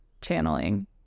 channeling